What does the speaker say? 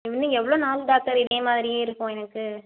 இன்னும் எவ்வளோ நாள் டாக்டர் இதே மாதிரியே இருக்கும் எனக்கு